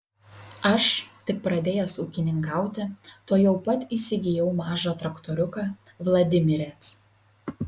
aš tik pradėjęs ūkininkauti tuojau pat įsigijau mažą traktoriuką vladimirec